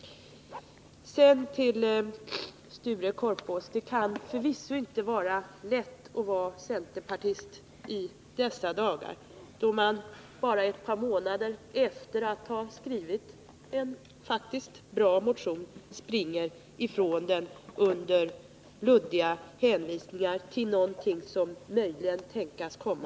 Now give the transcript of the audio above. Till Sture Korpås vill jag säga att det förvisso inte kan vara lätt att vara centerpartist i dessa dagar, då man bara ett par månader efter att ha skrivit en faktiskt bra motion springer ifrån den under luddiga hänvisningar till någonting som möjligen kan tänkas komma.